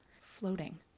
floating